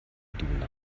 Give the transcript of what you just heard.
donau